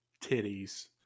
titties